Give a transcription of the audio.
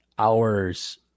hours